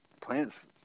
plants